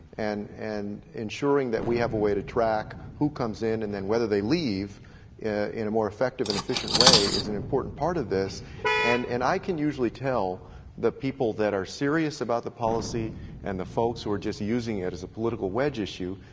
and and ensuring that we have a way to track who comes in and then whether they leave in a more effective and efficient way is an important part of this this, and i can usually tell the people that are serious about the policy and the folks who are just using it as a political wedge issue,